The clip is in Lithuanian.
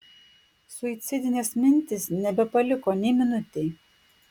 suicidinės mintys nebepaliko nei minutei